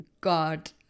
God